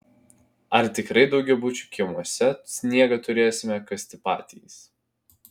ar tikrai daugiabučių kiemuose sniegą turėsime kasti patys